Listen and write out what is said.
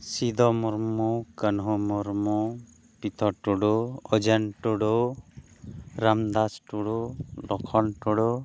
ᱥᱤᱫᱷᱩ ᱢᱩᱨᱢᱩ ᱠᱟᱹᱱᱦᱩ ᱢᱩᱨᱢᱩ ᱯᱤᱛᱷᱚᱨ ᱴᱩᱰᱩ ᱚᱡᱮᱱ ᱴᱩᱰᱩ ᱨᱟᱢᱫᱟᱥ ᱴᱩᱰᱩ ᱞᱚᱠᱠᱷᱚᱱ ᱴᱩᱰᱩ